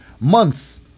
months